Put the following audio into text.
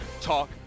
Talk